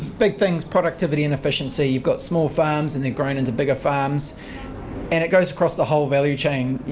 big thing is productivity and efficiency. you've got small farms and they've grown into bigger farms and it goes across the whole value chain.